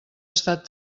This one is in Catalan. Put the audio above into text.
estat